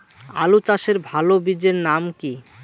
আলু চাষের ভালো বীজের নাম কি?